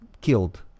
killed